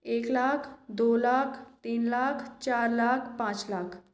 एक लाख दो लाख तीन लाख चार लाख पाँच लाख